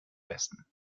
besten